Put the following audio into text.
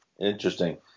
interesting